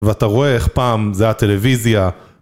ואתה רואה איך פעם זה הטלוויזיה...